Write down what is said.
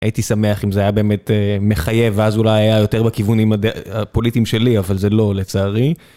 הייתי שמח אם זה היה באמת מחייב, ואז אולי היה יותר בכיוונים הפוליטיים שלי, אבל זה לא לצערי.